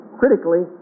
critically